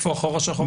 איפה החור השחור?